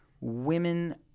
women